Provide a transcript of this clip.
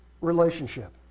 relationship